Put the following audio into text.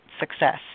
success